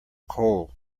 coal